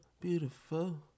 beautiful